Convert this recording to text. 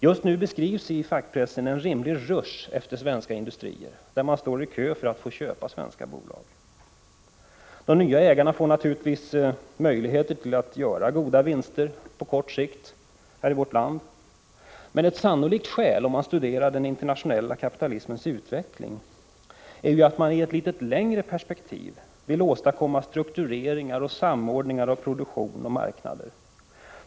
Just nu beskrivs i fackpressen en formlig rusch efter svenska industrier. Man står i kö för att få köpa svenska bolag. Dessa nya ägare får naturligtvis möjligheter att göra stora vinster på kort sikt här i vårt land, men ett sannolikt skäl om man studerar den internationella kapitalismens utveckling är att de i ett längre perspektiv vill åstadkomma struktureringar och samordningar av produktion och marknader.